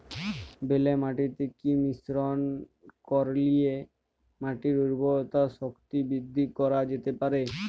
বেলে মাটিতে কি মিশ্রণ করিলে মাটির উর্বরতা শক্তি বৃদ্ধি করা যেতে পারে?